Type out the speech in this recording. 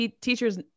teachers